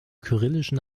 kyrillischen